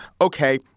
Okay